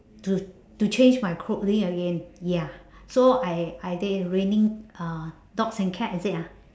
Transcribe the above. to to change my clothing again ya so I I think raining uh dogs and cats is it ah